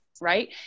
right